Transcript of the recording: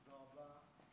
תודה רבה.